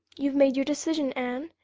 you've made your decision, anne,